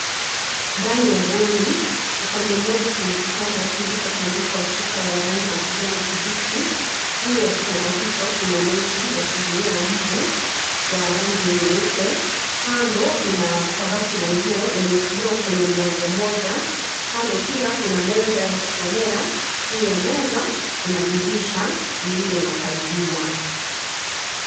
Ndani ya bweni, upande mmoja kuna kitanda kilichotandikwa shuka ya rangi ya kijani kibichi, juu ya kitanda hicho kuna neti ya kuzuia mbu, ya rangi nyeupe, kando kuna kabati la nguo lenye kioo kwenye mlango mmoja, kando pia kuna meza ya kusomea, juu ya meza, kuna dirisha, lililo na pazia.